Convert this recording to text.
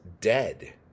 dead